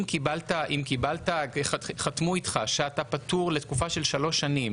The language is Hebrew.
אם חתמו איתך שאתה פטור לתקופה של שלוש שנים